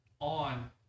on